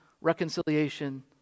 reconciliation